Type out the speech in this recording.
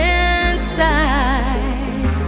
inside